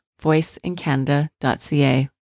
voiceincanada.ca